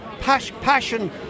Passion